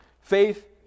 Faith